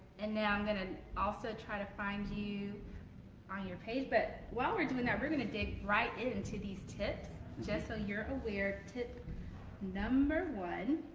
and now i'm gonna and also try to find you on your page but while we're doing that, we're gonna dig right in to these tips just so you're aware. tip one